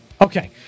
Okay